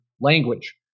language